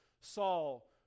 Saul